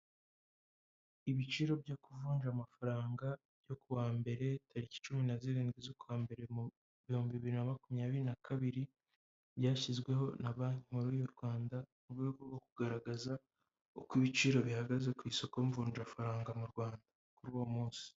Ibiciro byo kuvunja amafaranga yo kuwa mbere tariki cumi na zirindwi z'ukwa mbere mu bihumbi bibiri na makumyabiri na kabiri, byashyizweho na banki nkuru y'u Rwanda mu rwego rwo kugaragaza uko ibiciro bihagaze ku isoko mvunjafaranga mu Rwanda kuri uwo munsi.